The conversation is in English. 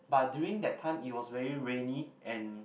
but during that time it was very rainy and